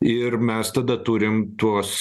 ir mes tada turim tuos